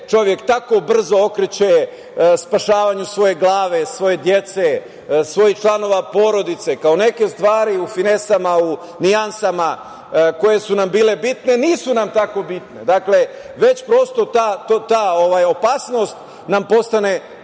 čovek tako brzo okreće spašavanju svoje glave, svoje dece, svojih članova porodice, kao neke stvari u finesama, u nijansama, koje su nam bile bitne, nisu nam tako bitne, već prosto ta opasnost nam postane